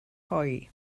hoe